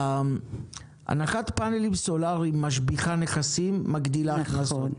הנחת פנלים סולאריים משביחה נכסים, מגדילה הכנסות.